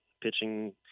pitching